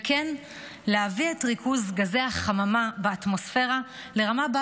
וכן להביא את ריכוז גזי החממה באטמוספירה לרמה שבה